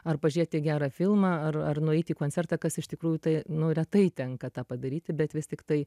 ar pažiūrėti gerą filmą ar ar nueit į koncertą kas iš tikrųjų tai nu retai tenka tą padaryti bet vis tiktai